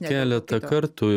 keletą kartų